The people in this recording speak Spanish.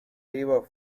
vivo